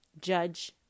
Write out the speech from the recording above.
Judge